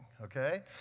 okay